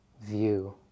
view